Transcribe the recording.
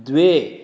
द्वे